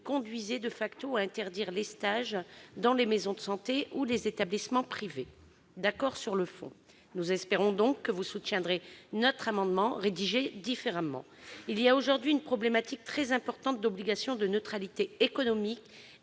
conduirait à interdire les stages dans les maisons de santé ou les établissements privés. Nous sommes d'accord sur le fond, et nous espérons donc que vous soutiendrez notre amendement, qui est rédigé différemment. Il y a aujourd'hui une problématique très importante de neutralité économique